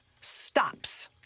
stops